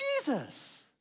Jesus